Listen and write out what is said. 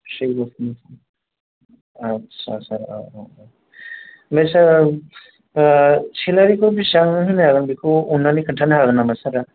से बोसोरनि आस्सा सार औ औ औ ओमफ्राय सार सेलारिखौ बेसेबां होनाय जागोव बेखौ अननानै खोन्थानो हागोन नामा सार